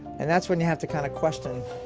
and that's when you have to kind of question